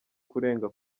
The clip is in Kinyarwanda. kurenga